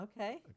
okay